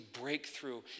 breakthrough